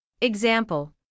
Example